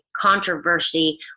controversy